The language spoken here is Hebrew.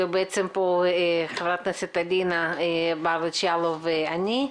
בעצם פה חברת הכנסת אלינה ברדץ' יאלוב ואני,